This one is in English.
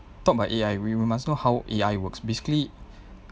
talk about A_I we we must know how A_I works basically